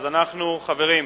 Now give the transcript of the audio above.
חברים,